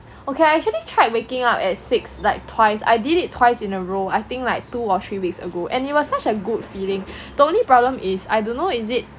okay I actually tried waking up at six like twice I did it twice in a row I think like two or three weeks ago and it was such a good feeling the only problem is I don't know is it